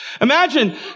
imagine